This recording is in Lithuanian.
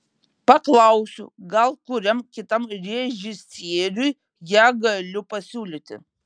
paklausiau gal kuriam kitam režisieriui ją galiu pasiūlyti